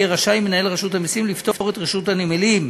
יהיה רשאי מנהל רשות המסים לפטור את רשות הנמלים,